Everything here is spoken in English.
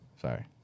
sorry